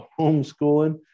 homeschooling